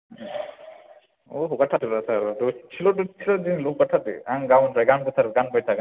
अ हगारथारदोब्रा सार दसेल' दसेल' दिनैल' हगारथारदो आं गाबोननिफ्राय गानबोथारो गानबोबाय थागोन